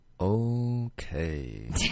okay